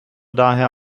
daher